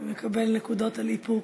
הוא מקבל נקודות על איפוק,